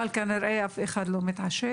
אבל כנראה אף אחד לא מתעשת,